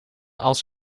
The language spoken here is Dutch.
als